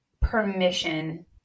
permission